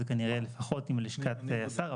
זה כנראה לפחות עם לשכת השר,